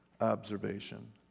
observation